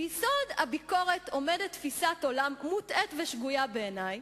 ביסוד הביקורת עומדת תפיסת עולם מוטעית ושגויה בעיני,